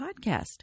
Podcast